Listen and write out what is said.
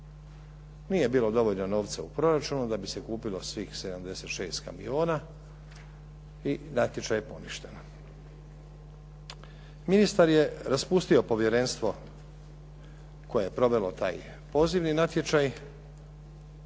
Nije bilo dovoljno novca u proračunu da bi se kupilo svih 76 kamiona i natječaj je poništen. Ministar je raspustio povjerenstvo koje je provelo taj pozivni natječaj